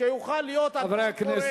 שיוכל להיות אדם פורה.